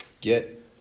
get